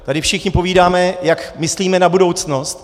Tady všichni povídáme, jak myslíme na budoucnost.